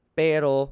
pero